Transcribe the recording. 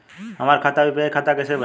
हमार खाता यू.पी.आई खाता कईसे बनी?